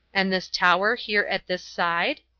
and this tower here at this side?